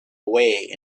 away